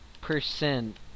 Percent